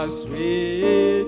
sweet